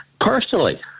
Personally